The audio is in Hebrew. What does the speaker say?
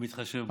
הוא מתחשב בהם.